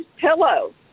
pillow